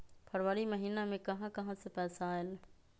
फरवरी महिना मे कहा कहा से पैसा आएल?